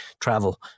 travel